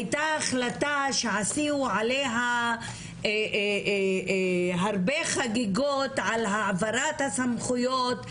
הייתה החלטה שעשינו עליה הרבה חגיגות על העברת הסמכויות,